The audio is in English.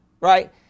Right